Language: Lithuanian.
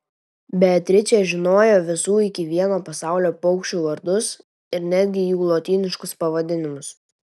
beatričė žinojo visų iki vieno pasaulio paukščių vardus ir netgi jų lotyniškus pavadinimus